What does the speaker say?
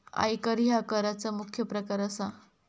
आयकर ह्या कराचा मुख्य प्रकार असा